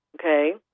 okay